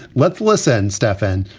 let's listen, stefan,